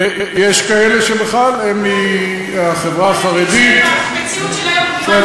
ויש כאלה שבכלל הם מהחברה החרדית, בוא